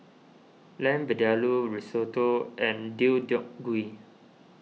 Lamb Vindaloo Risotto and Deodeok Gui